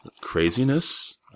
Craziness